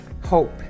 hope